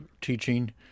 teaching